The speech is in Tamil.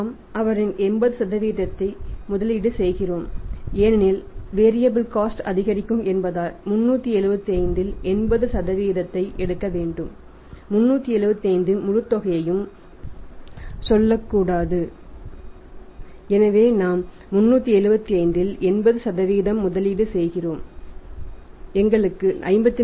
நாம் அவரின் 80 ஐச் முதலீடு செய்கிறோம் ஏனெனில் வேரியாபில் காஸ்ட அதிகரிக்கும் என்பதால் 375 இல் 80 ஐ எடுக்க வேண்டும் 375 இன் முழுத் தொகையையும் சொல்லக்கூடாது எனவே நாம் 375 இல் 80 முதலீடு செய்கிறோம் எங்களுக்கு 54